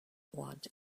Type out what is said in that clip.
want